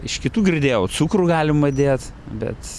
iš kitų girdėjau cukrų galima dėt bet